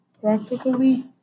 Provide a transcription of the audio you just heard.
practically